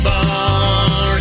Bar